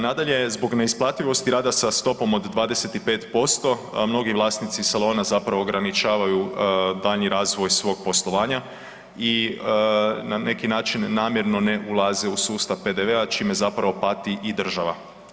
Nadalje, zbog neisplativosti rada sa stopom od 25%, mnogi vlasnici zapravo ograničavaju daljnji razvoj svog poslovanja i na neki način namjerno ne ulaze u sustav PDV-a čime zapravo pati i država.